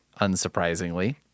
unsurprisingly